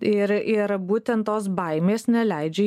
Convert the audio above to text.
ir ir būtent tos baimės neleidžia